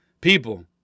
people